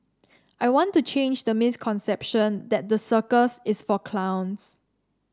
I want to change the misconception that the circus is for clowns